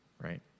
right